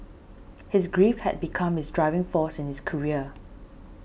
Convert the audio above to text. his grief had become his driving force in his career